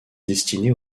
destiné